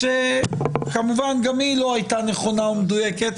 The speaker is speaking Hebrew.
שגם היא כמובן לא הייתה נכונה או מדויקת,